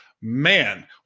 man